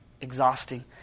exhausting